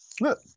Look